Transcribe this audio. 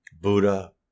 Buddha